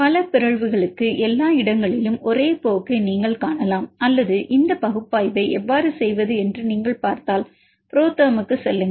பல பிறழ்வுகளுக்கு எல்லா இடங்களிலும் ஒரே போக்கை நீங்கள் காணலாம் அல்லது இந்த பகுப்பாய்வை எவ்வாறு செய்வது என்று நீங்கள் பார்த்தால் புரோதெர்ம் க்குச் செல்லுங்கள்